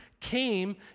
came